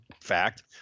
fact